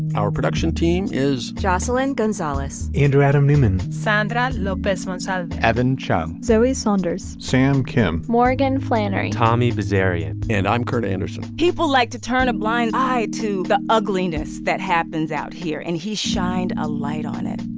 our production team is jocelyn gonzalez into adam newman. sandra lowe. best onesided. evan chung. zoe saunders. sam kim morgan. flannery, tommy. busy area. and i'm kurt andersen. people like to turn a blind eye to the ugliness that happens out here and he shined a light on it.